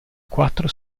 quattro